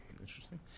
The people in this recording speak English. Interesting